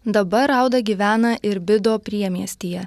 dabar rauda gyvena irbido priemiestyje